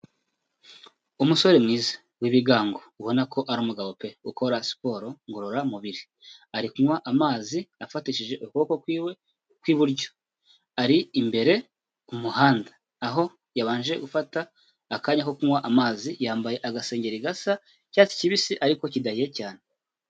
Umusore mwiza w'ibigango. Ubona ko ari umugabo pe! ukora siporo ngororamubiri. Ari kunywa amazi afatishije ukuboko kw'iwe kw'iburyo. Ari imbere mu muhanda. Aho yabanje gufata akanya ko kunywa amazi, yambaye agasengeri gasa icyatsi kibisi ariko kidahiye cyane.